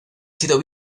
sido